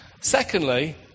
secondly